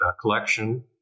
collection